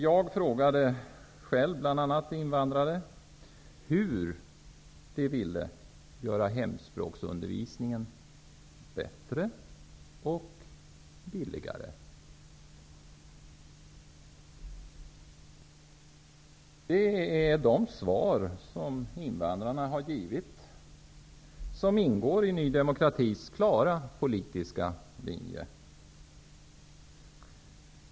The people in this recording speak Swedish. Jag frågade själv invandrare hur de ville göra hemspråksundervisningen bättre och billigare. Ny demokratis klara politiska linje bygger på de svar som invandrarna givit.